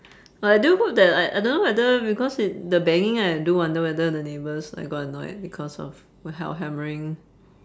but I do hope that I I don't know whether because it the banging I do wonder whether the neighbours like got annoyed because of we~ our hammering